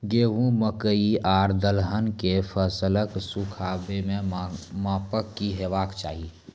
गेहूँ, मकई आर दलहन के फसलक सुखाबैक मापक की हेवाक चाही?